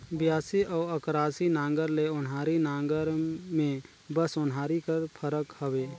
बियासी अउ अकरासी नांगर ले ओन्हारी नागर मे बस ओन्हारी कर फरक हवे